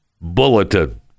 Bulletin